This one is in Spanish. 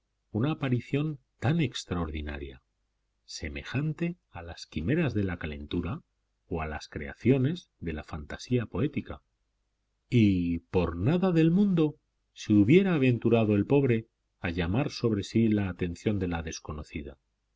una aparición tan extraordinaria semejante a las quimeras de la calentura o a las creaciones de la fantasía poética y por nada del mundo se hubiera aventurado el pobre joven a llamar sobre sí la atención de la desconocida